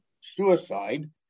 suicide